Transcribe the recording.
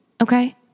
Okay